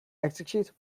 execute